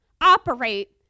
operate